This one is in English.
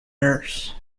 nurse